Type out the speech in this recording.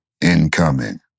incoming